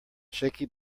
shaky